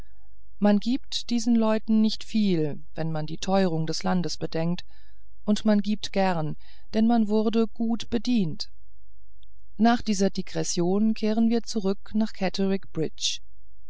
man gibt diesen leuten nicht viel wenn man die teuerung des landes bedenkt und man gibt gern denn man wurde gut bedient nach dieser digression kehren wir zurück nach catterick bridge